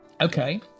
Okay